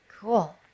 Cool